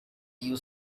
you